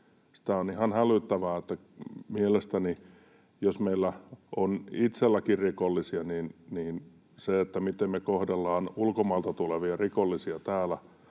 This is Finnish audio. tämä on ihan hälyttävää. Mielestäni jos meillä on itselläkin rikollisia, niin siihen, miten me kohdellaan ulkomailta tulevia rikollisia täällä